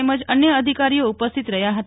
તેમજ અન્ય અધિકારીઓ ઉપસ્થિત રહ્યા હતા